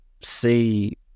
see